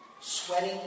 sweating